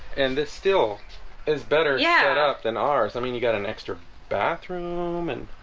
and this still is better. yeah it up than ours i mean you got an extra bathroom and